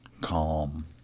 calm